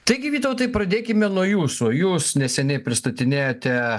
taigi vytautai pradėkime nuo jūsų jūs neseniai pristatinėjote